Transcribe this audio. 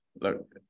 look